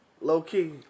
Low-key